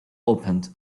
opened